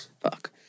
fuck